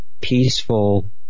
peaceful